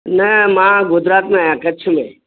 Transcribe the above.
न मां गुजरात में आहियां कच्छ में